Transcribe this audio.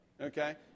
Okay